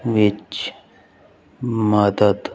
ਵਿੱਚ ਮਦਦ